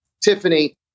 Tiffany